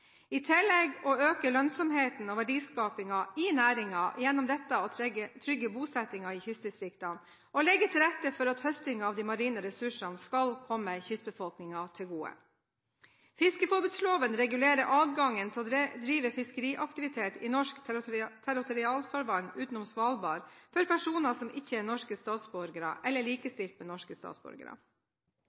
i tillegg til å øke lønnsomheten og verdiskapingen i næringen og gjennom dette trygge bosettingen i kystdistriktene og legge til rette for at høstingen av de marine ressursene skal komme kystbefolkningen til gode. Fiskeriforbudsloven regulerer adgangen til å drive fiskeriaktivitet i norsk territorialfarvann utenom Svalbard for personer som ikke er norske statsborgere eller er likestilt med norske statsborgere.